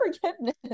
forgiveness